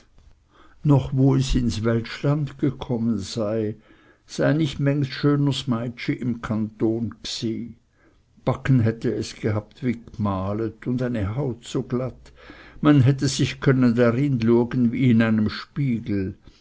noch wo es ins weltschland gekommen sei sei nit mengs schöners meitschi im kanton gsi backen hatte es gehabt wie gmalet und eine haut so glatt man hätte sich können darin luegen wie in einem spiegel